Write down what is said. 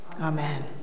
amen